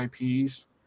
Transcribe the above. IPs